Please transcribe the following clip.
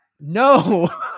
No